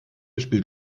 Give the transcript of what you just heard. spielt